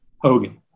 Hogan